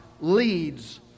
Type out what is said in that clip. leads